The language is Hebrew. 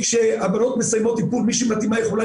כשהבנות מסיימות טיפול מי שמתאימה יכולה